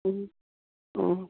অঁ